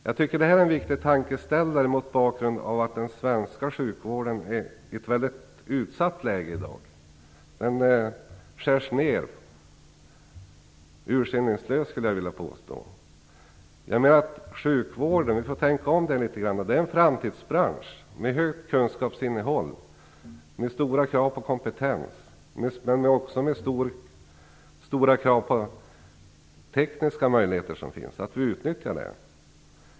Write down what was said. Detta är en viktig tankeställare mot bakgrund av att den svenska sjukvården är i ett väldigt utsatt läge i dag. Den skärs ned ursinningslöst, skulle jag vilja påstå. Vi får tänka om vad gäller sjukvården. Det är en framtidsbransch med stort kunskapsinnehåll och stora krav på kompetens, men också med stora krav på att vi utnyttjar de tekniska möjligheter som finns.